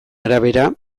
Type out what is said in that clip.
arabera